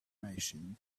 machine